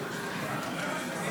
--- בוודאי.